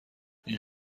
این